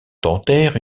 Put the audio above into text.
dentaire